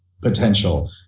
potential